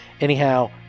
Anyhow